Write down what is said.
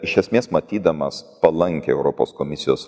iš esmės matydamas palankią europos komisijos